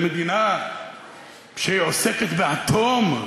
מדינה שעוסקת באטום,